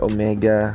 Omega